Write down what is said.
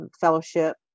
Fellowship